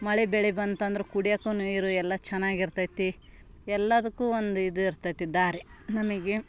ಮಳೆ ಬೆಳೆ ಬಂತಂದ್ರೆ ಕುಡಿಯೋಕ್ಕು ನೀರು ಎಲ್ಲ ಚೆನ್ನಾಗಿ ಇರ್ತೈತಿ ಎಲ್ಲದ್ದಕ್ಕೂ ಒಂದು ಇದು ಇರ್ತೈತಿ ದಾರಿ ನಮಗೆ